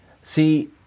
see